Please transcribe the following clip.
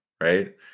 right